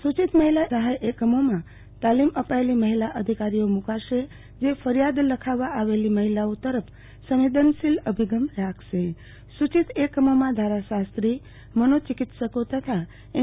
સુચિત મહિલા સહાય એકમોમાં તાલીમ અપાયેલી મહિલા અધિકારીઓ મુ કાશે જે ફરીયાદ લખાવાવ આવેલી મહિલાઓ તરફ સંવેદનશીલ અભિગમ રાખશે સુ ચિત એકમોમાં ધારાશાસ્ત્રી મનોચિકિસ્કો તથા એન